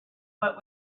what